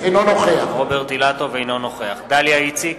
אינו נוכח דליה איציק,